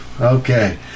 okay